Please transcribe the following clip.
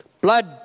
blood